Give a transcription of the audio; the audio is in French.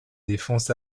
défenses